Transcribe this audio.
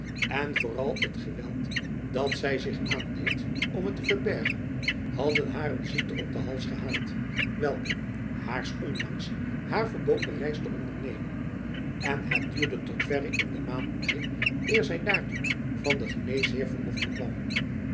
en vooral het geweld dat zy zich aandeed om het te verbergen hadden haar een ziekte op den hals gehaald welke haars ondanks haar verbood de reis te ondernemen en het duurde tot verre in de maand mei eer zy daartoe van den geneesheer verlof bekwam